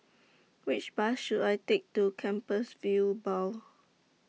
Which Bus should I Take to Compassvale Bow